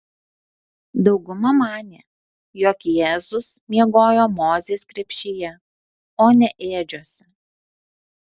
dauguma manė jog jėzus miegojo mozės krepšyje o ne ėdžiose